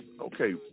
Okay